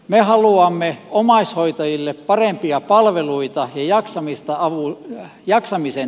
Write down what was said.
me haluamme omaishoitajille parempia palveluita ja jaksamiseen tukea